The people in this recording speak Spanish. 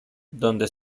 donde